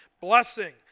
blessing